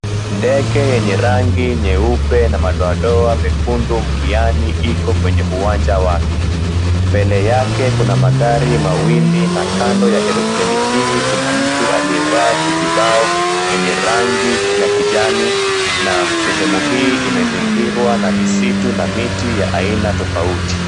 Ndege yenye rangi nyeupe na madoadoa mekundu mkiani iko kwenye wake. Mbele yake kuna magari mawili na kando ya aeropleni hii kuna mtu aliyevaa kizibao yenye rangi ya kijani na sehemu hii imezingirwa na misitu na miti ya aina tofauti.